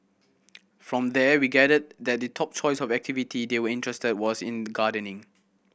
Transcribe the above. from there we gathered that the top choice of activity they were interested was in the gardening